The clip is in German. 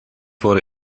wurde